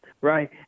right